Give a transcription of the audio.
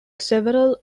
several